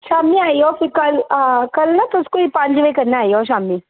शामी आई जाओ फ्ही कल हां कल ना तुस कोई पंज बजे कन्नै आई जाओ शामी